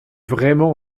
vraiment